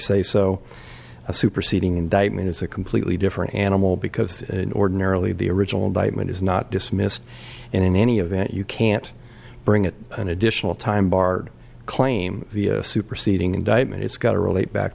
say so a superseding indictment is a completely different animal because ordinarily the original indictment is not dismissed and in any event you can't bring at an additional time barred claim the superseding indictment it's got to relate back